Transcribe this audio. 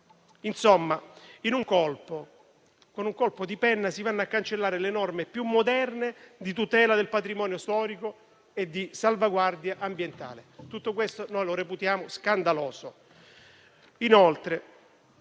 Insomma, con un colpo di penna, si vanno a cancellare le norme più moderne di tutela del patrimonio storico e di salvaguardia ambientale. Tutto questo noi lo reputiamo scandaloso.